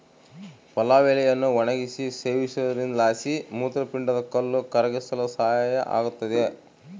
ಪಲಾವ್ ಎಲೆಯನ್ನು ಒಣಗಿಸಿ ಸೇವಿಸೋದ್ರಲಾಸಿ ಮೂತ್ರಪಿಂಡದ ಕಲ್ಲು ಕರಗಿಸಲು ಸಹಾಯ ಆಗುತ್ತದೆ